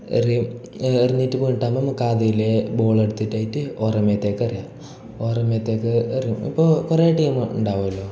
എറിയും എറിഞ്ഞിട്ടു വീണിട്ടാകുമ്പം കാതിലെ ബോളെടുത്തിട്ടായിട്ട് ഓറെ മേത്തേക്ക് എറിയുക ഓരെ മേത്തേക്ക് എറിഞ്ഞ് ഇപ്പോൾ കുറേ ടീം ഉണ്ടാകുമല്ലൊ